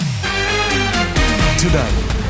Today